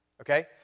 Okay